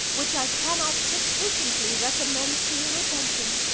which i cannot sufficiently recommend to your attention.